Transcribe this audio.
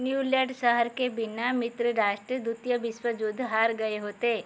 न्यूलेट शहर के बिना मित्र राष्ट्र द्वितीय विश्व युद्ध हार गए होते